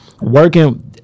Working